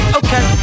okay